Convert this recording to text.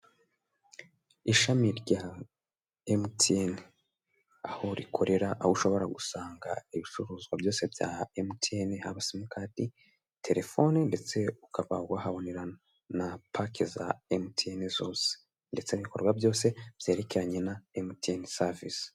Ishami rya Emutiyeni, aho rikorera, aho ushobora gusanga ibicuruzwa byose bya Emutiyeni, haba simukadi, terefone ndetse ukaba wahabonera na paki za Emutiyeni zose ndetse n'ibikorwa byose byerekeranye na Emutiyeni savisi.